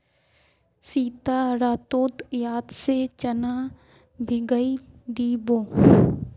सीता रातोत याद से चना भिगइ दी बो